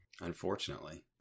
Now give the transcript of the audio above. unfortunately